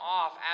off